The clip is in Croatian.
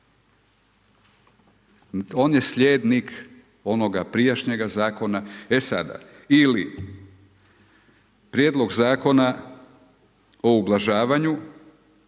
On je slijednik onoga prijašnjega zakona, e sada, ili prijedlog zakona o ublažavanju